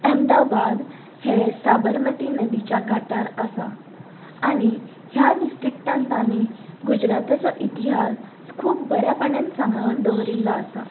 अहमदाबाद हें साबरमती नदीच्या कांठार आसा आनी ह्या डिस्ट्रिक्टान तांणी गुजराताचो इतिहास खूब बऱ्यापणान सांबाळून दवरिल्लो आसा